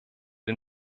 den